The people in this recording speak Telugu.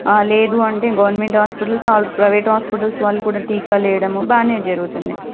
లేదు అంటే government hospitals or private hospitals వాళ్ళు కూడా టీకాలేయడము బాగనే జరుగుతుంది